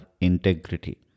integrity